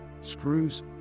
screws